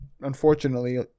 unfortunately